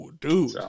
Dude